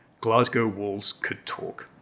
GlasgowWallsCouldTalk